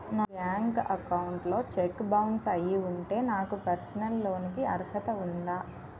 నా bank account లో cheque bounce అయ్యి ఉంటే నాకు పర్సనల్ లోన్ కీ అర్హత ఉందా?